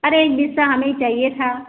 अरे एक बिस्वा हमें ही चाहिए था